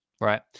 right